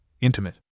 intimate